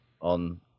on